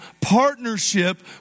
partnership